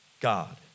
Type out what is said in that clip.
God